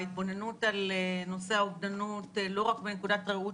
ההתבוננות על נושא האובדנות לא רק מנקודת ראות